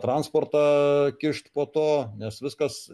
transportą kišt po to nes viskas